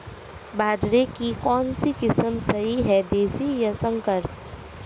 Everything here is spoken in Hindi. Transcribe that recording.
बाजरे की कौनसी किस्म सही हैं देशी या संकर?